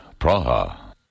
Praha